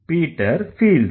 Peter feels